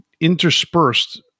interspersed